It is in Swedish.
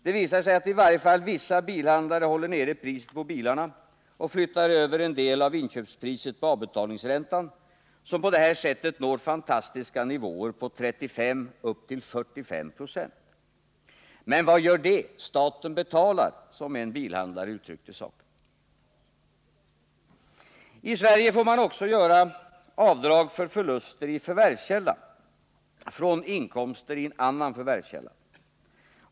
Det visade sig att i varje fall vissa bilhandlare håller nere priset på bilarna och flyttar över en del av inköpspriset på avbetalningsräntan, som på detta sätt når fantastiska nivåer på 35 och upp till 45 6. ”Men vad gör det, staten betalar”, som en bilhandlare uttryckte saken. I Sverige får man också göra avdrag för förluster i förvärvskälla från inkomster i en annan förvärvskälla.